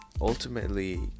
ultimately